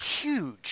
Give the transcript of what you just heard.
huge